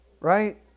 Right